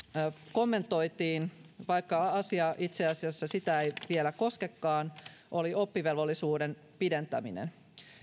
kommentoitiin vaikka esitys itse asiassa sitä ei vielä koskekaan oli oppivelvollisuuden pidentäminen